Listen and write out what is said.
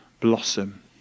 blossom